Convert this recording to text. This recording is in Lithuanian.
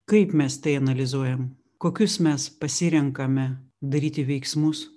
kaip mes tai analizuojam kokius mes pasirenkame daryti veiksmus